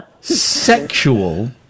sexual